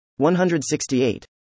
168